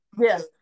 Yes